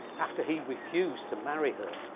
after he refused to marry her.